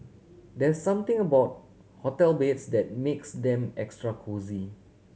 there something about hotel beds that makes them extra cosy